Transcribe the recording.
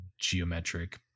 geometric